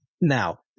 Now